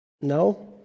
No